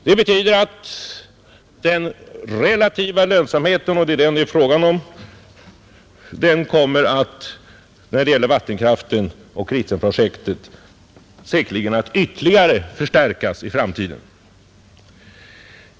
Det betyder att den relativa lönsamheten — och det är den det är fråga om — när det gäller vattenkraften och Ritsemprojektet säkerligen kommer att ytterligare förstärkas i framtiden.